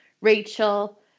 Rachel